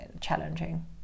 challenging